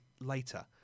later